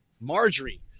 Marjorie